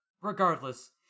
regardless